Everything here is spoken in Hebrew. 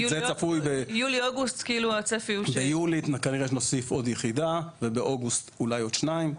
ביולי כנראה נוסיף עוד יחידה ובאוגוסט אולי עוד שתיים.